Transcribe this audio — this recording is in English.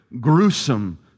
gruesome